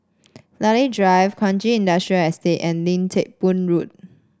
Lilac Drive Kranji Industrial Estate and Lim Teck Boo Road